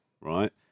right